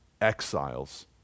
exiles